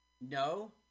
No